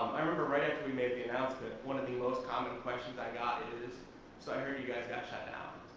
i remember right after we made the announcement, one of the most common questions i got is, so i hear you guys got shut down.